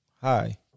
hi